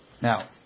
now